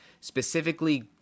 specifically